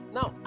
Now